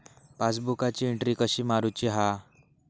पासबुकाची एन्ट्री कशी मारुची हा?